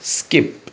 skip